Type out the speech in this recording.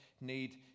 need